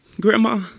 Grandma